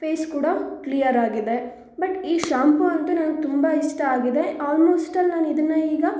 face ಕೂಡ clear ಆಗಿದೆ but ಈ ಶಾಂಪು ಅಂತು ನನಗೆ ತುಂಬ ಇಷ್ಟ ಆಗಿದೆ ಆಲ್ಮೋಸ್ಟ್ ಆಲ್ ನಾನು ಇದನ್ನು ಈಗ